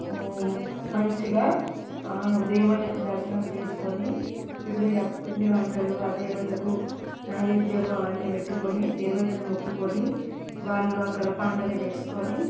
మంచిగా దేవతకు దర్శనం చేసుకొని పిండి పిండి వంటలు ఆ దేవతకు నైవేద్యము అవన్నీ పెట్టుకొని దేవతను మొక్కుకొని వాళ్ళు అక్కడ పండుగ చేసుకొని